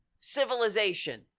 civilization